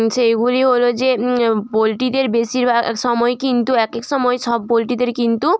সেইগুলি হলো যে পোলট্রিদের বেশিরভাগ সময় কিন্তু একেক সময় সব পোলট্রিদের কিন্তু